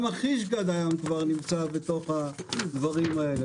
גם החיש גד היום כבר נמצא בתוך הדברים האלה.